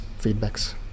feedbacks